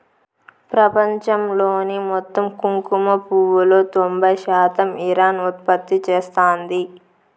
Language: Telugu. ప్రపంచంలోని మొత్తం కుంకుమ పువ్వులో తొంబై శాతం ఇరాన్ ఉత్పత్తి చేస్తాంది